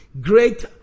great